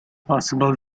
possible